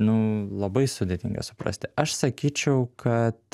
nu labai sudėtinga suprasti aš sakyčiau kad